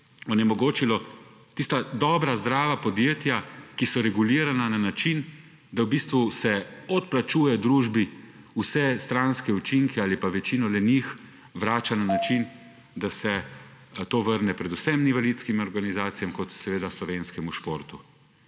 onemogočilo tista dobra, zdrava podjetja, ki so regulirana na način, da se odplačuje družbi, vse stranske učinke ali večino njih vrača na način, da se to vrne predvsem invalidskim organizacijam ter seveda slovenskemu športu.